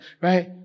right